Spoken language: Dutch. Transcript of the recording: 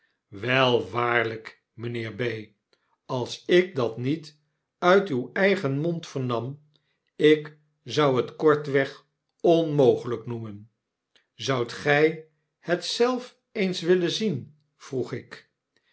wel waarlyk mijnheer b als ik dat niet uit uw eigen mond vernam ik zou het kortweg onmogelijk noemen zoudt gy het zelf eens willen zien vroeg ik